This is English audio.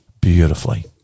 beautifully